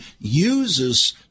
uses